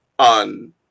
on